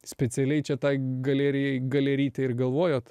specialiai čia tai galerijai galerytei ir galvojot